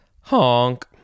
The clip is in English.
Honk